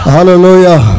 Hallelujah